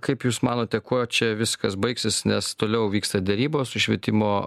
kaip jūs manote kuo čia viskas baigsis nes toliau vyksta derybos su švietimo